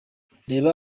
reba